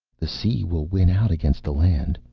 the sea will win out against the land.